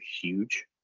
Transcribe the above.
huge